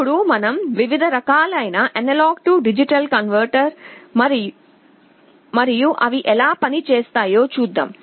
ఇప్పుడు మనం వివిధ రకాలైన ఎ డి కన్వర్టర్ మరియు అవి ఎలా పనిచేస్తాయో చూద్దాం